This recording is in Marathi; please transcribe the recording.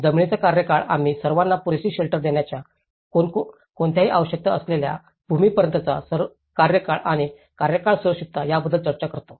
जमिनीचा कार्यकाळ आम्ही सर्वांना पुरेशा शेल्टर देण्याच्या कोणत्याही आवश्यकता असलेल्या भूमीपर्यंतचा कार्यकाळ आणि कार्यकाळ सुरक्षितता याबद्दल चर्चा करतो